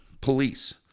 police